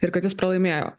ir kad jis pralaimėjo